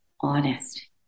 honest